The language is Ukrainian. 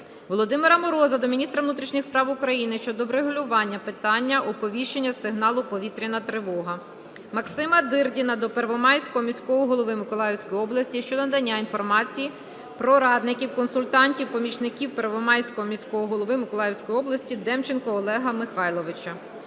Володимира Мороза до міністра внутрішніх справ України щодо врегулювання питання оповіщення сигналу "Повітряна тривога". Максима Дирдіна до Первомайського міського голови Миколаївської області щодо надання інформації про радників, консультантів, помічників Первомайського міського голови Миколаївської області Демченка Олега Михайловича.